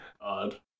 Odd